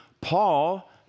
Paul